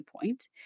point